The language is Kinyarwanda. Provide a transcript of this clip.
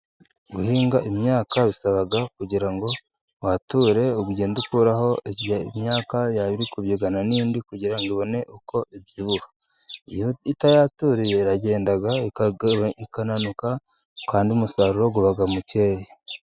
Guhinga imyaka bisaba kugira ngo wature ugenda ukuraho myaka yari iri kubyigana n'indi kugira ibone uko ibyibuha, iyo utayaturiye iragenda ikananuka kandi n'umusaruro uba mukeya.